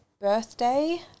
birthday